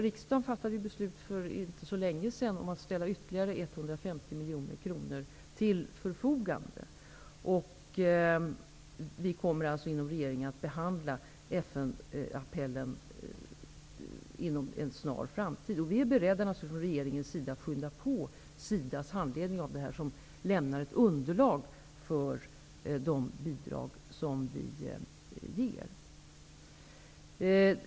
Riksdagen fattade för inte så länge sedan beslut om att ställa ytterligare 150 miljoner kronor till förfogande. Inom regeringen kommer vi att behandla FN-appellen inom en snar framtid. Vi är från regeringen beredda att skynda på SIDA:s handläggning av dessa ärenden, vilken lämnar ett underlag för de bidrag som vi ger.